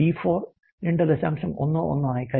11 ആയി കരുതാം